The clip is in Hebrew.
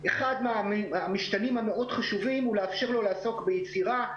אחד מהמשתנים המאוד חשובים הוא לאפשר לו לעסוק ביצירה,